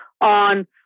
on